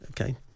Okay